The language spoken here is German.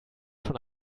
schon